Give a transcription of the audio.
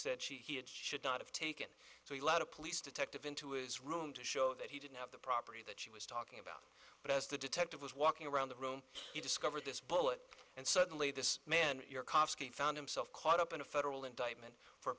said she had should not have taken so he led a police detective into his room to show that he didn't have the property that she was talking about but as the detective was walking around the room he discovered this bullet and suddenly this man your kosky found himself caught up in a federal indictment for